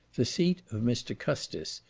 the seat of mr. custis,